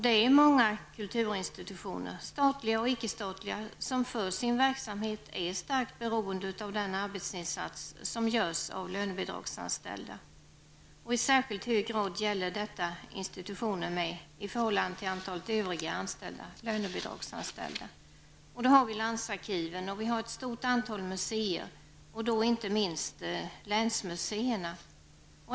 Det är många kulturinstitutioner, statliga och ickestatliga, som för sin verksamhet är starkt beroende av den arbetsinsats som görs av lönebidragsanställda. I särskilt hög grad gäller detta institutioner med -- i förhållande till antalet övriga anställda -- många lönebidragsanställda. Det gäller t.ex. landsarkiven och ett stort antal museer, inte minst länsmuseerna.